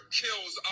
kills